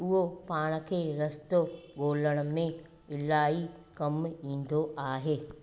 उहो पाण खे रस्तो ॻोल्हण में इलाही कमु ईंदो आहे